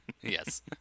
Yes